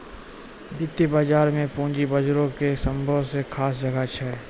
वित्तीय बजारो मे पूंजी बजारो के सभ्भे से खास जगह छै